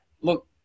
look